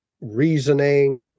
reasoning